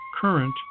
current